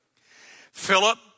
Philip